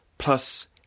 plus